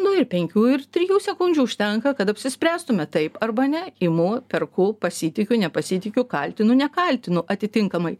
nu ir penkių ir trijų sekundžių užtenka kad apsispręstume taip arba ne imu perku pasitikiu nepasitikiu kaltinu nekaltinu atitinkamai